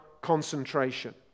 concentration